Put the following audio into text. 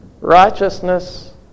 righteousness